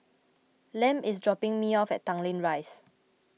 Lem is dropping me off at Tanglin Rise